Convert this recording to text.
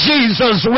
Jesus